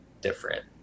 different